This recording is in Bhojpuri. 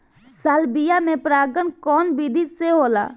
सालविया में परागण कउना विधि से होला?